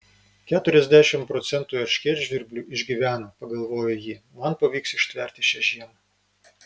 keturiasdešimt procentų erškėtžvirblių išgyvena pagalvojo ji man pavyks ištverti šią žiemą